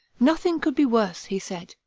nothing could be worse, he said,